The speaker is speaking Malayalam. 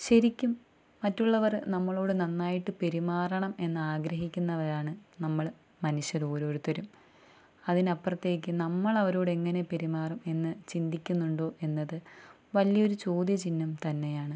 ശരിക്കും മറ്റുള്ളവർ നമ്മളോട്ടു നന്നായിട്ട് പെരുമാറണം എന്ന് ആഗ്രഹിക്കുന്നവരാണ് നമ്മൾ മനുഷ്യരോരുത്തരും അതിനപ്പുറത്തേക്ക് നമ്മൾ അവരോട് എങ്ങനെ പെരുമാറും എന്ന് ചിന്തിക്കുന്നുണ്ടോ എന്നത് വലിയൊരു ചോദ്യ ചിഹ്നം തന്നെയാണ്